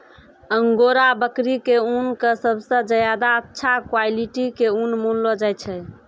angora बकरी के ऊन कॅ सबसॅ ज्यादा अच्छा क्वालिटी के ऊन मानलो जाय छै